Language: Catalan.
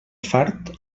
fart